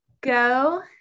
Go